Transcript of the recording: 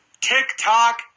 TikTok